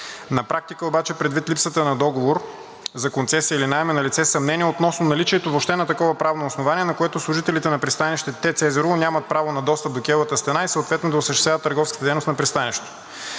На практика обаче, предвид липсата на договор за концесия или наем, е налице съмнение относно наличието въобще на такова правно основание, на което служителите на пристанище ТЕЦ Езерово нямат право на достъп до кейовата стена и съответно да осъществяват търговската дейност на пристанището.